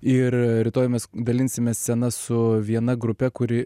ir rytoj mes dalinsimės scena su viena grupe kuri